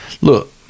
look